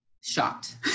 shocked